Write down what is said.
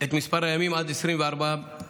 את מספר הימים עד 24 בשנה,